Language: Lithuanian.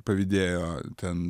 pavydėjo ten